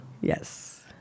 Yes